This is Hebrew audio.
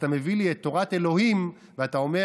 אתה מביא לי את תורת אלוהים ואתה אומר